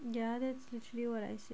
ya that's literally what I said